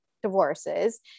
Divorces